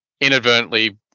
inadvertently